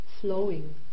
flowing